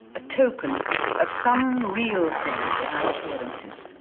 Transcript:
a token of some real thing behind appearances.